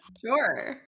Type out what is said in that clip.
sure